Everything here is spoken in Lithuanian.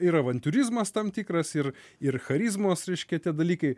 ir avantiūrizmas tam tikras ir ir charizmos reiškia tie dalykai